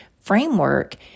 framework